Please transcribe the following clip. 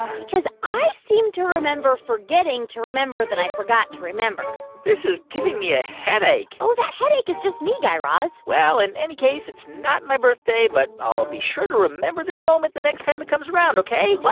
because i seem to remember forgetting to remember that i forgot to remember this is giving me a headache oh, that headache is just me, guy raz well, in any case, it's not my birthday. but i'll be sure to remember this moment the next time it comes round, ok? what?